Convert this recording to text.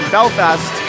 Belfast